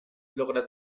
logra